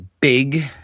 Big